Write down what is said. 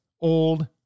old